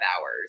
hours